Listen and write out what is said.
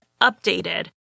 updated